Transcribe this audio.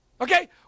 okay